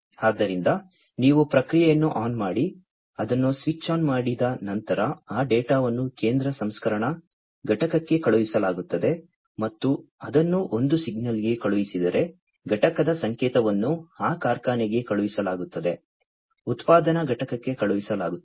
ಆದ್ದರಿಂದ ನೀವು ಪ್ರಕ್ರಿಯೆಯನ್ನು ಆನ್ ಮಾಡಿ ಅದನ್ನು ಸ್ವಿಚ್ ಆನ್ ಮಾಡಿದ ನಂತರ ಆ ಡೇಟಾವನ್ನು ಕೇಂದ್ರ ಸಂಸ್ಕರಣಾ ಘಟಕಕ್ಕೆ ಕಳುಹಿಸಲಾಗುತ್ತದೆ ಮತ್ತು ಅದನ್ನು ಒಂದು ಸಿಗ್ನಲ್ಗೆ ಕಳುಹಿಸಿದರೆ ಘಟಕದ ಸಂಕೇತವನ್ನು ಆ ಕಾರ್ಖಾನೆಗೆ ಕಳುಹಿಸಲಾಗುತ್ತದೆ ಉತ್ಪಾದನಾ ಘಟಕಕ್ಕೆ ಕಳುಹಿಸಲಾಗುತ್ತದೆ